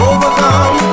Overcome